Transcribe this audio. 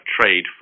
trade